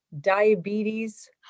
diabetes